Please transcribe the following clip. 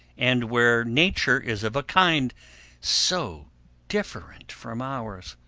and where nature is of a kind so different from ours?